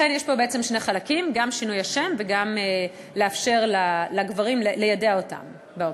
יש בעצם פה שני חלקים: גם שינוי השם וגם לאפשר ליידע את הגברים באופציה.